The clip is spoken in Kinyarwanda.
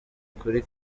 kuri